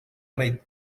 red